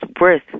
worth